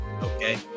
okay